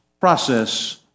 process